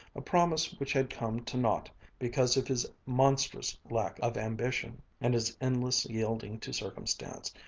a promise which had come to naught because of his monstrous lack of ambition, and his endless yielding to circumstance,